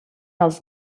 els